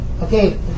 okay